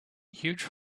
huge